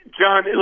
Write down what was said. John